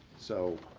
so,